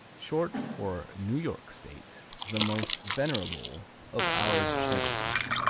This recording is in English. short for new york state, the most venerable of our cheddars.